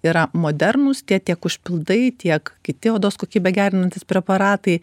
yra modernūs tie tiek užpildai tiek kiti odos kokybę gerinantys preparatai